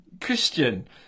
Christian